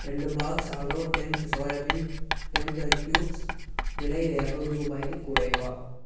ரெண்டு box hello டெம் soybean tempeh cubes விலை இரநூறு ரூபாய்க்குக் குறைவா